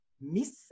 Miss